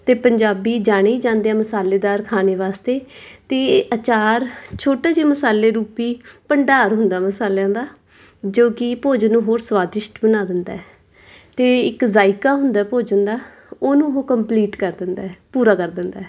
ਅਤੇ ਪੰਜਾਬੀ ਜਾਣੇ ਹੀ ਜਾਂਦੇ ਆ ਮਸਾਲੇਦਾਰ ਖਾਣੇ ਵਾਸਤੇ ਅਤੇ ਅਚਾਰ ਛੋਟਾ ਜਿਹਾ ਮਸਾਲੇ ਰੂਪੀ ਭੰਡਾਰ ਹੁੰਦਾ ਮਸਾਲਿਆਂ ਦਾ ਜੋ ਕਿ ਭੋਜਨ ਨੂੰ ਹੋਰ ਸਵਾਦਿਸ਼ਟ ਬਣਾ ਦਿੰਦਾ ਅਤੇ ਇੱਕ ਜ਼ਾਇਕਾ ਹੁੰਦਾ ਭੋਜਨ ਦਾ ਉਹਨੂੰ ਉਹ ਕੰਪਲੀਟ ਕਰ ਦਿੰਦਾ ਪੂਰਾ ਕਰ ਦਿੰਦਾ